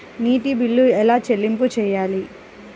నీటి బిల్లు ఎలా చెల్లింపు చేయాలి?